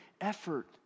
effort